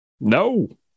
no